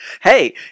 Hey